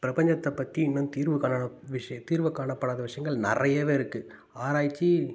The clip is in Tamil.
பிரபஞ்சத்தைப் பற்றி இன்னும் தீர்வு காணும் விஷயத்தை தீர்வு காணப்படாத விஷயங்கள் நிறையவே இருக்குது ஆராய்ச்சி